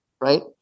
Right